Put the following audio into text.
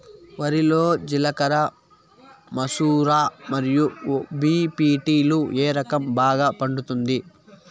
వరి లో జిలకర మసూర మరియు బీ.పీ.టీ లు ఏ రకం బాగా పండుతుంది